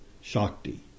shakti